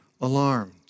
alarmed